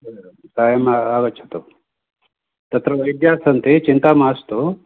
सायम् आगच्छतु तत्र वैद्याः सन्ति चिन्ता मास्तु